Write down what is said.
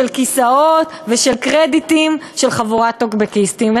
של כיסאות ושל קרדיטים של חבורת טוקבקיסטים.